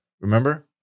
Remember